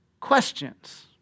questions